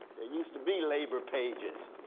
there used to be labor pages.